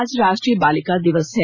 आज राष्ट्रीय बालिका दिवस है